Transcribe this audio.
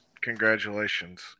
Congratulations